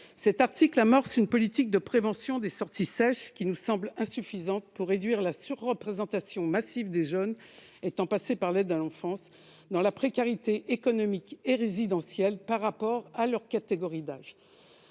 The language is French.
Cet article amorce une politique de prévention des sorties sèches qui nous semble insuffisante pour réduire la surreprésentation massive des jeunes étant passés par l'aide sociale à l'enfance dans la précarité économique et résidentielle par rapport à leur catégorie d'âge.